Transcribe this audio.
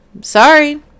sorry